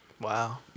Wow